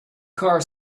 car